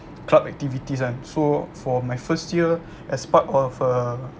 club activities kan so for my first year as part of a